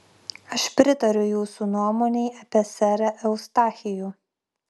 aš pritariu jūsų nuomonei apie serą eustachijų